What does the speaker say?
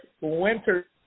winter